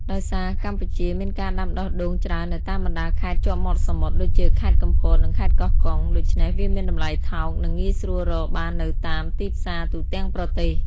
ដោយសារកម្ពុជាមានការដាំដុះដូងច្រើននៅតាមបណ្តាខេត្តជាប់មាត់សមុទ្រ ដូចជា ខេត្តកំពត និងខេត្តកោះកុង ដូច្នេះវាមានតម្លៃថោក និងងាយស្រួលរកបាននៅតាមទីផ្សារទូទាំងប្រទេស។